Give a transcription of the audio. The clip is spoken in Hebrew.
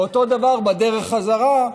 ואותו דבר בדרך חזרה,